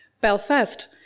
Belfast